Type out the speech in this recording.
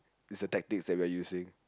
is the tactics that we're using